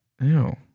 Ew